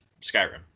Skyrim